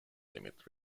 limit